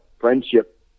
friendship